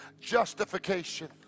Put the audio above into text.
justification